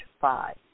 five